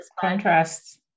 contrasts